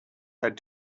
had